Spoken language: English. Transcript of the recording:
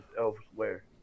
elsewhere